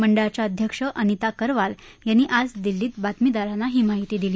मंडळाच्या अध्यक्ष अनिता करवाल यांनी आज दिल्लीत बातमीदारांना ही माहिती दिली